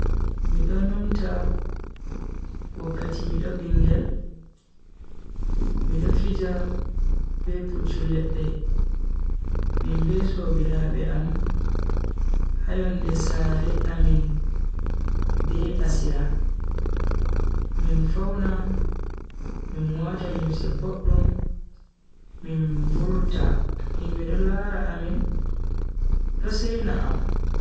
Mido numta wakkati mido bingel, mido fija be pucchu ledde min be sobiraabe am ha yonde sare amin be asira. min fauna min wata limse boddum min vurta himbe do lara amin do seina am.